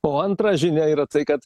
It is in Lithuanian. o antra žinia yra tai kad